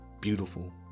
Beautiful